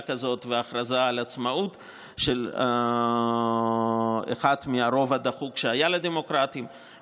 כזאת והכרזה על עצמאות של אחת מהרוב הדחוק שהיה לדמוקרטים.